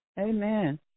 Amen